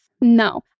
no